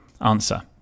Answer